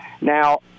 Now